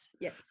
Yes